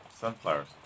sunflowers